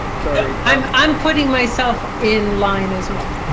so i'm i'm putting myself in line as well.